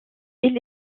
elle